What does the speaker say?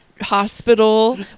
hospital